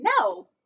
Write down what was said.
No